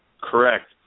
Correct